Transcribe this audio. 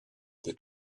the